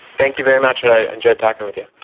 thank you very much, i enjoyed talking with you.